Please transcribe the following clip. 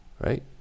right